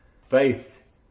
Faith